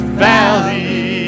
valley